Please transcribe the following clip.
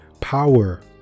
power